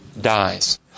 dies